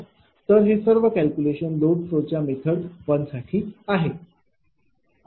तर हे सर्व कॅल्क्युलेशन लोड फ्लो च्या मेथड 1 साठी आहे